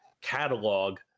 catalog